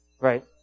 Right